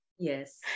Yes